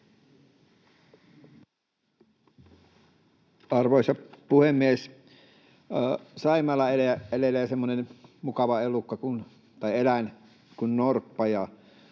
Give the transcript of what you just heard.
Arvoisa puhemies! Saimaalla elelee semmoinen mukava eläin kuin norppa,